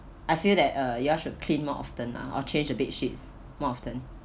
I feel that uh you all should clean more often lah or change the bed sheets more often